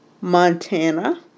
Montana